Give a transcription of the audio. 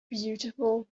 beautiful